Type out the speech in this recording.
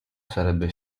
sarebbe